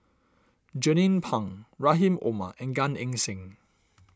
Jernnine Pang Rahim Omar and Gan Eng Seng